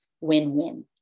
win-win